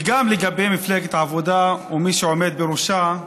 גם לגבי מפלגת העבודה ומי שעומד בראשה,